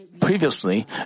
previously